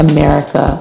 America